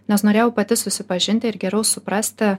nes norėjau pati susipažinti ir geriau suprasti